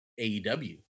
AEW